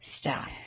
stop